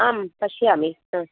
आं पश्यामि